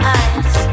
eyes